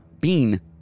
Bean